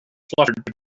fluttered